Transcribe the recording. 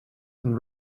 and